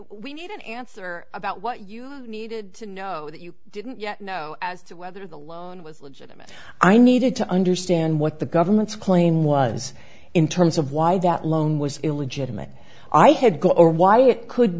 we need an answer about what you needed to know that you didn't yet know as to whether the loan was legitimate i needed to understand what the government's claim was in terms of why that loan was illegitimate i had to go or why it could